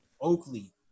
Oakley